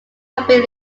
campaign